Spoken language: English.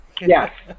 Yes